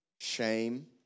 shame